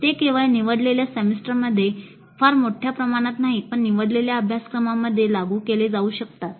ते केवळ निवडलेल्या सेमेस्टरमध्ये फार मोठ्या प्रमाणात नाही पण निवडलेल्या अभ्यासक्रमांमध्ये लागू केले जाऊ शकतात